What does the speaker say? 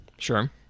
Sure